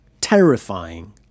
terrifying